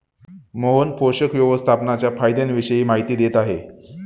मोहन पोषक व्यवस्थापनाच्या फायद्यांविषयी माहिती देत होते